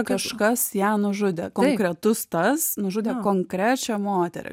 kažkas ją nužudė konkretus tas nužudė konkrečią moterį